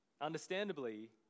Understandably